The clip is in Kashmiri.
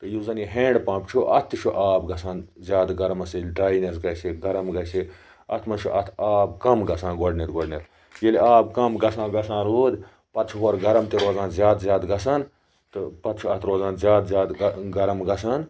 تہٕ یُس زَن یہِ ہیٚنٛڈ پَمپ چھُ اتھ تہِ چھُ آب گَژھان زیادٕ گَرمہٕ سۭتۍ ییٚلہِ ڈرانیٚس گَژھِ گرم گژھِ اتھ مَنٛز چھُ اتھ آب کَم گَژھان گۄڈٕنیٚتھ گۄڈٕنیٚتھ ییٚلہِ آب کم گَژھان گَژھان روٗد پَتہٕ چھُ ہورٕ گرم تہٕ روزان زیادٕ زیادٕ گَژھان تہٕ پَتہٕ چھُ اتھ روزان زیادٕ زیادٕ گرم گَژھان